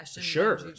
sure